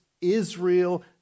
Israel